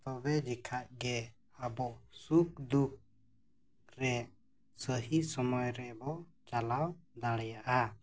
ᱛᱚᱵᱮ ᱡᱮᱠᱷᱟᱡ ᱜᱮ ᱟᱵᱚ ᱥᱩᱠᱷᱼᱫᱩᱠᱷᱨᱮ ᱥᱟᱹᱦᱤ ᱥᱚᱢᱚᱭ ᱨᱮᱵᱚ ᱪᱟᱞᱟᱣ ᱫᱟᱲᱮᱭᱟᱜᱼᱟ